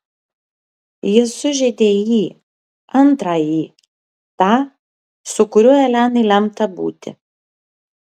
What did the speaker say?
jis sužeidė jį antrąjį tą su kuriuo elenai lemta būti